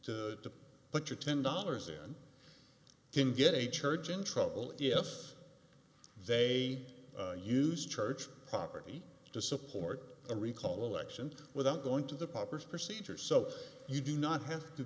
to put your ten dollars in can get a church in trouble if they used church property to support a recall election without going to the popper's procedure so you do not have to